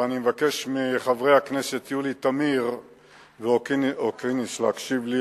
ואני מבקש מחברי הכנסת יולי תמיר ואופיר אוקינס להקשיב לי.